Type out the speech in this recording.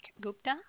Gupta